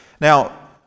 Now